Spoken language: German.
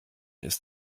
ist